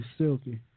silky